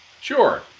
Sure